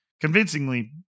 convincingly